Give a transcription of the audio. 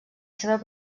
seva